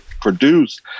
produced